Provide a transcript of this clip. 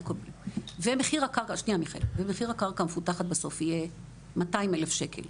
ומחיר הקרקע המפותחת בסוף יהיה 200,000 שקלים,